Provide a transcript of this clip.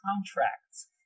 contracts